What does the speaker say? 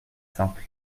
simple